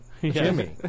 Jimmy